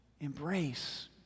Embrace